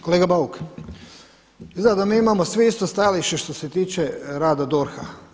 Kolega Bauk, izgleda da mi imamo svi isto stajalište što se tiče rada DORH-a.